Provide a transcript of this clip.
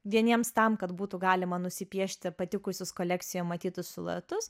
vieniems tam kad būtų galima nusipiešti patikusius kolekcijoje matytus siluetus